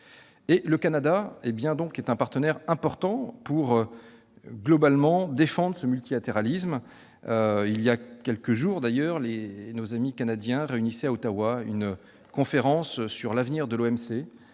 le Canada est un partenaire important pour la défense du multilatéralisme. Voilà quelques jours, nos amis canadiens accueillaient à Ottawa une conférence sur l'avenir de l'OMC,